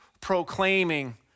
proclaiming